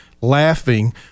laughing